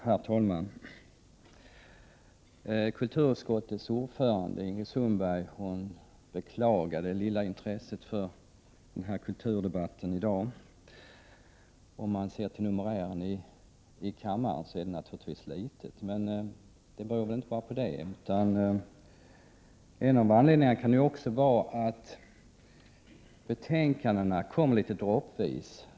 Herr talman! Kulturutskottets ordförande Ingrid Sundberg beklagade det ringa intresset för kulturdebatten i dag. Om man ser till numerären av i kammaren närvarande kan man säga att intresset är litet, även om det inte behöver vara så. En av anledningarna kan också vara att betänkandena kommer litet droppvis.